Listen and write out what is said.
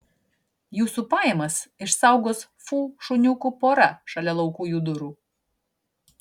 jūsų pajamas išsaugos fu šuniukų pora šalia laukujų durų